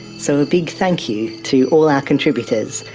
so, a big thank you to all our contributors,